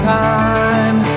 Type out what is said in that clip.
time